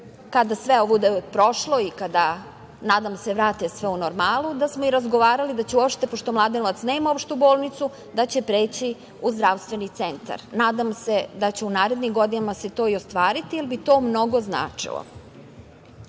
kada sve ovo bude prošlo i kada, nadam se, vrate sve u normalu, da smo i razgovarali da će uopšte pošto Mladenovac nema opštu bolnicu, da će preći u zdravstveni centar, nadam se, da će u narednim godinama se to i ostvarilo ili bi to mnogo značilo. Po